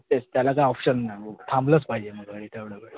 मग तेच त्याला काय ऑप्शन नाही मग थांबलंच पाहिजे मग तेवढा वेळ